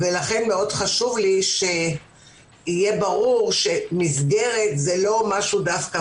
לכן חשוב לי מאוד שיהיה ברור שמסגרת זה לא דווקא